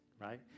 right